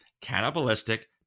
cannibalistic